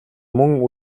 мөн